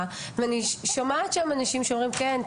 ואני שומעת שם אנשים שאומרים: כן,